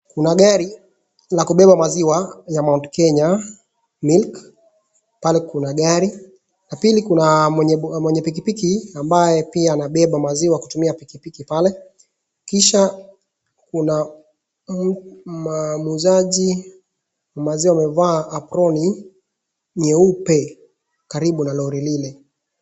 Kuna gari la kubeba maziwa ya Mt.Kenya Milk, pale kuna gari. Pili kuna mwenye pikipiki ambaye pia anabeba maziwa kutumia pikipiki pale. Kisha kuna muuzaji maziwa amevaa aproni nyeupe karibu na lori lile.